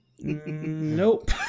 Nope